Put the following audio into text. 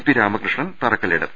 P Ramakrishnan തറക്കല്പിടും